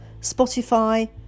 Spotify